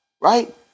right